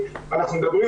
יחד,